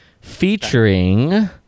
featuring